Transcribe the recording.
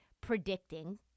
predicting